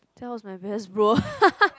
that was my best bro